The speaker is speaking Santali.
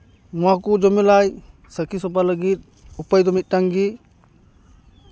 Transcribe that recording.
ᱱᱚᱣᱟ ᱠᱚ ᱡᱚᱢᱮᱞᱟᱭ ᱥᱟᱹᱠᱷᱤ ᱥᱚᱵᱷᱟ ᱞᱟᱹᱜᱤᱫ ᱩᱯᱟᱹᱭ ᱫᱚ ᱢᱤᱫᱴᱟᱱ ᱜᱮ